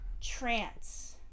Trance